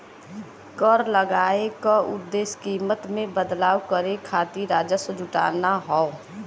कर लगाये क उद्देश्य कीमत में बदलाव करे खातिर राजस्व जुटाना हौ